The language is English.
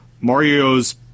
Mario's